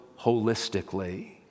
holistically